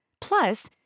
Plus